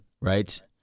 right